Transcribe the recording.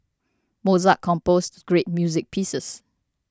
Mozart composed great music pieces